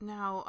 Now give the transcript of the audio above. Now